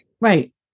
right